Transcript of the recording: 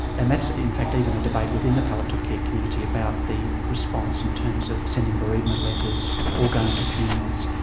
and that's in fact even a debate within the palliative care community about the response in terms of sending bereavement letters or going to funerals.